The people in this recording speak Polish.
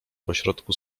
pośrodku